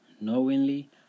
knowingly